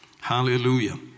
Hallelujah